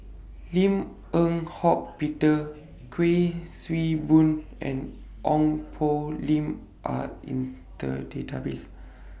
Lim Eng Hock Peter Kuik Swee Boon and Ong Poh Lim Are in The Database